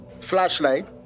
flashlight